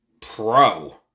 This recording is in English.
pro